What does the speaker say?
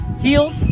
Heels